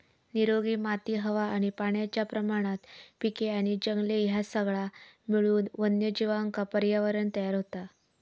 निरोगी माती हवा आणि पाण्याच्या प्रमाणात पिके आणि जंगले ह्या सगळा मिळून वन्यजीवांका पर्यावरणं तयार होता